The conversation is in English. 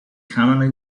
commonly